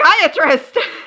psychiatrist